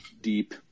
deep